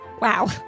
Wow